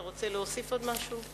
אתה רוצה להוסיף עוד משהו?